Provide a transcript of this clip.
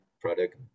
product